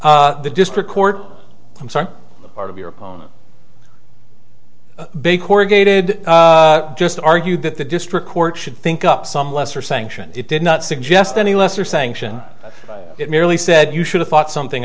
the district court i'm sorry the part of your opponent big corrugated just argued that the district court should think up some lesser sanction it did not suggest any lesser sanction it merely said you should have thought something